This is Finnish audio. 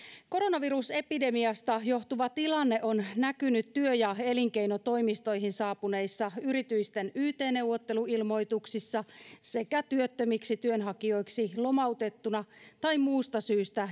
koronavirusepidemiasta johtuva tilanne on näkynyt työ ja elinkeinotoimistoihin saapuneissa yritysten yt neuvotteluilmoituksissa sekä työttömiksi työnhakijoiksi lomautettuna tai muusta syystä